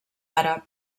àrab